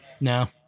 No